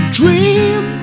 dream